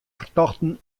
fertochten